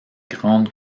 grande